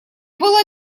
было